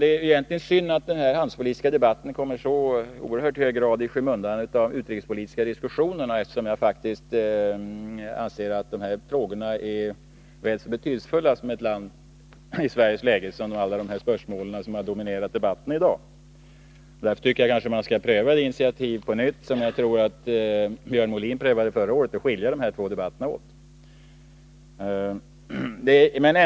Det är egentligen synd att den handelspolitiska debatten i så oerhört hög grad kommer i skymundan av de utrikespolitiska diskussionerna. Jag anser faktiskt att de handelspolitiska frågorna i nuvarande läge är väl så betydelsefulla för Sverige som alla de spörsmål som har dominerat dagens debatt. Jag tycker därför att man på nytt skall ta det initiativ som den förutvarande handelsministern Björn Molin tog förra året och skilja de två debatterna åt.